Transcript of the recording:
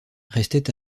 restaient